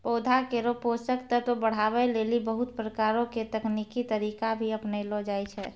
पौधा केरो पोषक तत्व बढ़ावै लेलि बहुत प्रकारो के तकनीकी तरीका भी अपनैलो जाय छै